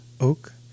oak